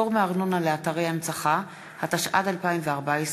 25) (פטור מארנונה לאתרי הנצחה), התשע"ד 2014,